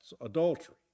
adultery